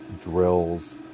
drills